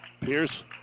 Pierce